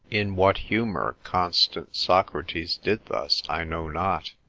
in what humour constant socrates did thus, i know not,